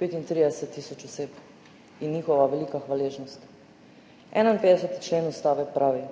35 tisoč oseb in njihova velika hvaležnost. 51. člen Ustave pravi: